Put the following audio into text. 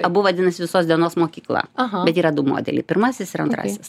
abu vadinasi visos dienos mokykla bet yra du modeliai pirmasis ir antrasis